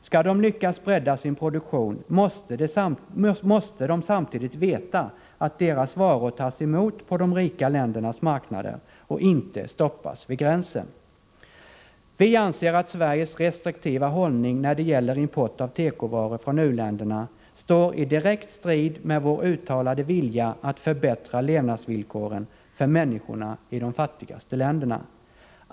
Skall de lyckas bredda sin produktion måste de samtidigt veta att deras varor tas emot på de rika ländernas marknader och inte stoppas vid gränsen. Vi anser att Sveriges restriktiva hållning när det gäller import av tekovaror från u-länderna står i direkt strid med vår uttalade vilja att förbättra levnadsvillkoren för människorna i de fattigaste länderna.